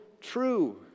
True